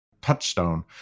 touchstone